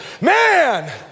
Man